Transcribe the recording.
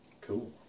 Cool